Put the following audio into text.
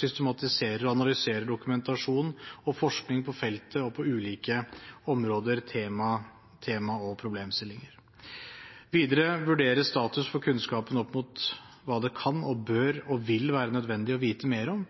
systematiserer og analyserer dokumentasjon og forskning på feltet og på ulike områder, temaer og problemstillinger. Videre vurderes status for kunnskapen opp mot hva det kan, bør og vil være nødvendig å vite mer om,